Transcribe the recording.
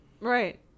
Right